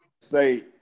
say